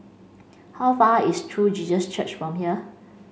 how far is True Jesus Church from here